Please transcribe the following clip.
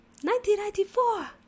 1994